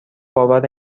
باور